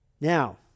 Now